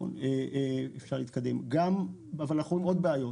אנחנו רואים עוד בעיות.